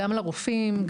גם לרופאים,